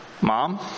Mom